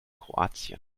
kroatien